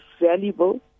valuable